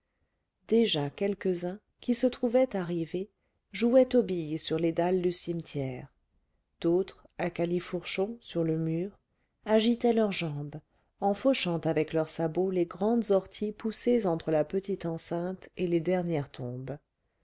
déjà quelques-uns qui se trouvaient arrivés jouaient aux billes sur les dalles du cimetière d'autres à califourchon sur le mur agitaient leurs jambes en fauchant avec leurs sabots les grandes orties poussées entre la petite enceinte et les dernières tombes